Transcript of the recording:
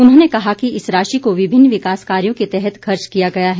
उन्होंने कहा कि इस राशि को विभिन्न विकास कार्यों के तहत खर्च किया गया है